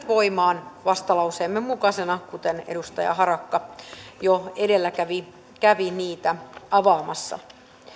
voimaan vastalauseemme mukaisina kuten edustaja harakka jo edellä kävi kävi niitä avaamassa